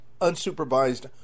unsupervised